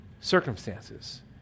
circumstances